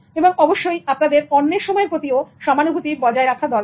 এবং অবশ্যই আপনাদের অন্যের সময় এর প্রতিও সমানুভূতি বজায় রাখা দরকার